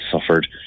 suffered